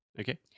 Okay